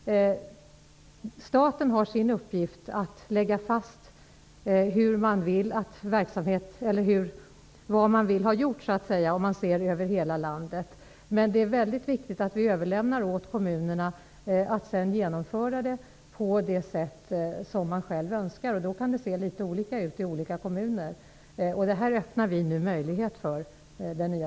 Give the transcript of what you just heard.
Staten har som sin uppgift att lägga fast vad som skall göras, sett över hela landet, men det är viktigt att överlämna till kommunerna att genomföra detta på det sätt som de själva önskar, och då kan det bli litet olika i skilda kommuner. Vi öppnar i regeringen nu möjlighet för detta.